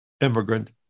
immigrant